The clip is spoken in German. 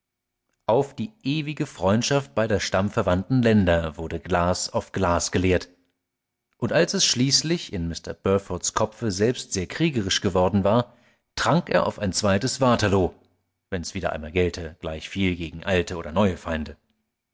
auf die ewige freundschaft beider stammverwandten länder wurde glas auf glas geleert und als es schließlich in mr burfords kopfe selbst sehr kriegerisch geworden war trank er auf ein zweites waterloo wenn's wieder einmal gelte gleichviel gegen alte oder neue feinde